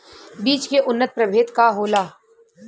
बीज के उन्नत प्रभेद का होला?